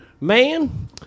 man